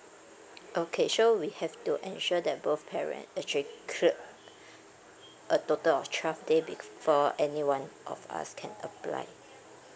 okay so we have to ensure that both parents actually cleared a total of twelve day before anyone of us can apply